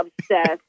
obsessed